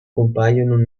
compaiono